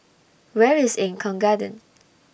Where IS Eng Kong Garden